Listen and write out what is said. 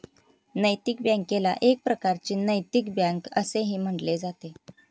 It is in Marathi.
नैतिक बँकेला एक प्रकारची नैतिक बँक असेही म्हटले जाते